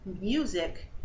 music